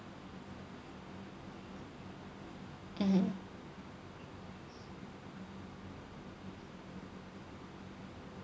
mmhmm